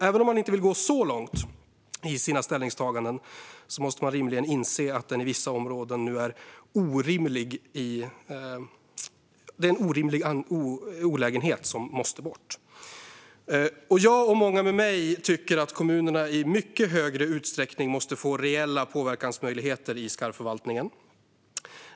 Även om man inte vill gå så långt i sina ställningstaganden måste man rimligen inse att den i vissa områden nu är en orimlig olägenhet som måste bort. Jag och många med mig tycker att kommunerna i mycket högre utsträckning måste få reella påverkansmöjligheter när det gäller skarvförvaltningen.